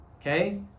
okay